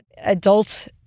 adult